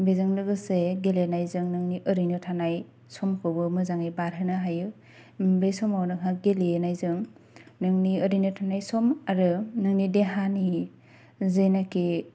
बेजों लोगोसे गेलेनायजों नोंनि ओरैनो थानाय समखौबो मोजाङै बारहोनो हायो बे समाव नोंहा गेलेनायजों नोंनि ओरैनो थानाय सम आरो नोंनि देहानि जेनाखि